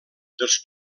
dels